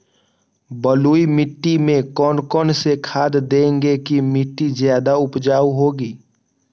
बलुई मिट्टी में कौन कौन से खाद देगें की मिट्टी ज्यादा उपजाऊ होगी?